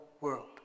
world